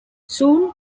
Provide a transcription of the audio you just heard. soon